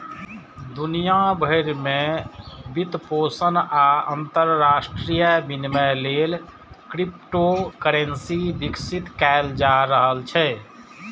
दुनिया भरि मे वित्तपोषण आ अंतरराष्ट्रीय विनिमय लेल क्रिप्टोकरेंसी विकसित कैल जा रहल छै